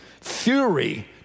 fury